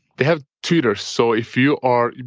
they have tutors. so if you are.